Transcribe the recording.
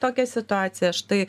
tokia situacija štai